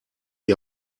die